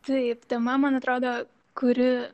taip tema man atrodo kuri